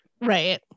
Right